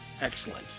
excellent